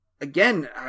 Again